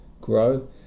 grow